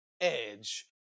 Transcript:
Edge